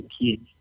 kids